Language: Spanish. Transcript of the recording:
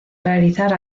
realizar